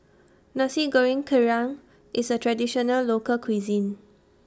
Nasi Goreng Kerang IS A Traditional Local Cuisine